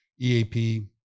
eap